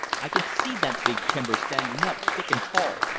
i can see that big timber standing up thick and tall,